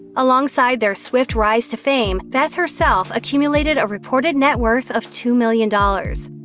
alongside their swift rise to fame, beth herself accumulated a reported net worth of two million dollars.